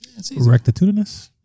Rectitudinous